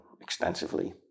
extensively